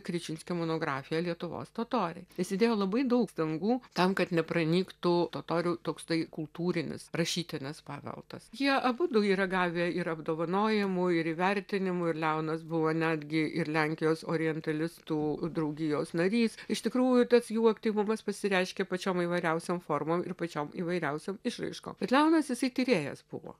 kričinskio monografiją lietuvos totoriai jis įdėjo labai daug pastangų tam kad nepranyktų totorių toks tai kultūrinis rašytinis paveldas jie abudu yra gavę ir apdovanojimu ir įvertinimu ir leonas buvo netgi ir lenkijos orientalistų draugijos narys iš tikrųjų tas jų aktyvumas pasireiškė pačiom įvairiausiom formom ir pačiom įvairiausiom išraiškom tad leonas jisai tyrėjas buvo